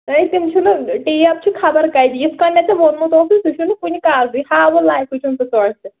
ہے تِم چھِنہٕ ٹیب چھِ خبر کَتہِ یِتھٕ کٔنۍ مےٚ ژےٚ ووٚنمُت اوسُت سُہ چھُنہٕ کُنہِ کارکُے ہاوُن لایقٕے چھُنہٕ سُہ کٲنٛسہِ